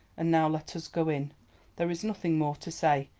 and now let us go in there is nothing more to say,